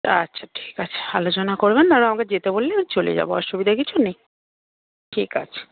আচ্ছা ঠিক আছে আলোচনা করবেন আর আমাকে যেতে বললে আমি চলে যাব অসুবিধা কিছু নেই ঠিক আছে